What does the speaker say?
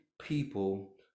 people